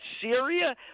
Syria